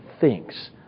thinks